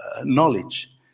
knowledge